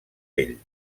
ell